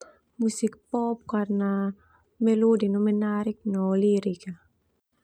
Musik pop karna melodi na menarik no lirik.